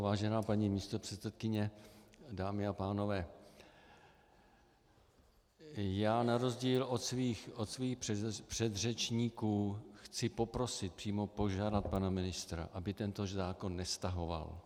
Vážená paní místopředsedkyně, dámy a pánové, já na rozdíl od svých předřečníků chci poprosit, přímo požádat pana ministra, aby tento zákon nestahoval.